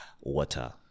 Water